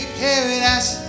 paradise